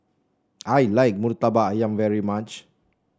I like murtabak ayam very much